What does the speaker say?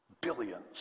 billions